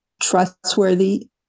trustworthy